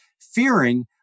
fearing